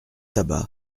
tabac